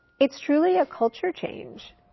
it's truly a culture change.